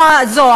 לא זו,